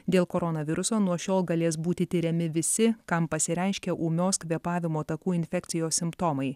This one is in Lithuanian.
dėl koronaviruso nuo šiol galės būti tiriami visi kam pasireiškia ūmios kvėpavimo takų infekcijos simptomai